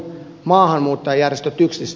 miksi näin